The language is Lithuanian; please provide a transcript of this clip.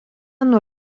nuo